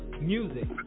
Music